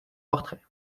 portrait